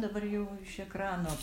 dabar jau iš ekrano